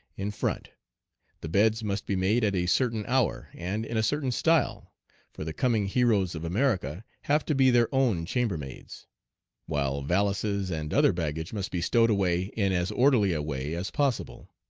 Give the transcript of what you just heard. in front the beds must be made at a certain hour and in a certain style for the coming heroes of america have to be their own chambermaids while valises and other baggage must be stowed away in as orderly a way as possible.